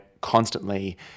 constantly